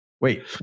wait